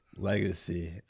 Legacy